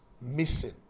missing